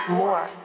more